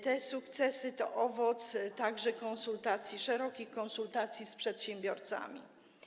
Te sukcesy to także owoc konsultacji, szerokich konsultacji z przedsiębiorcami.